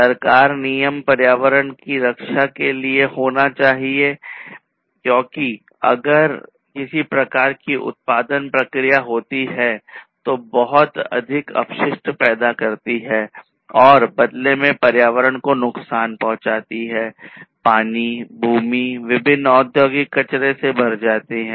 सरकार नियम पर्यावरण की रक्षा के लिए होना चाहिए क्योंकि अगर किसी प्रकार की उत्पादन प्रक्रिया होती है जो बहुत अधिक अपशिष्ट पैदा करती है और बदले में पर्यावरण को नुकसान पहुँचाती है पानीभूमि विभिन्न औद्योगिक कचरे से भर जाती है